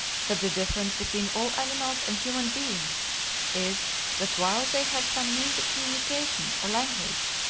that the difference between all animals and human beings is that while they have some means of communication, or language,